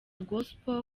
gospel